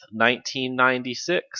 1996